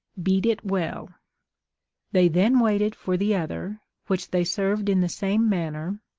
beat it well they then waited for the other, which they served in the same manner,